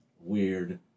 weird